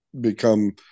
become